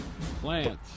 plant